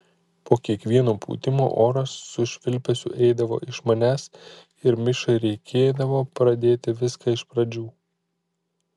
po kiekvieno pūtimo oras su švilpesiu eidavo iš manęs ir mišai reikėdavo pradėti viską iš pradžių